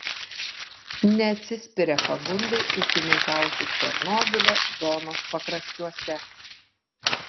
neatsispiria pagundai ūkininkauti černobylio zonos pakraščiuose